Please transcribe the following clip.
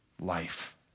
life